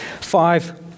five